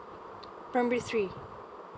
primary three